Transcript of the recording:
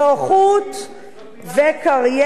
גם אשתי,